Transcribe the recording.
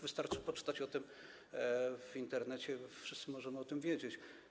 Wystarczy poczytać o tym w Internecie, wszyscy możemy o tym wiedzieć.